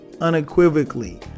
unequivocally